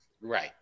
Right